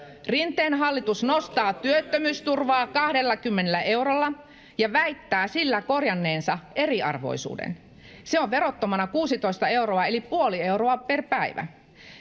rinteen hallitus nostaa työttömyysturvaa kahdellakymmenellä eurolla ja väittää sillä korjanneensa eriarvoisuuden se on verottomana kuusitoista euroa eli puoli euroa per päivä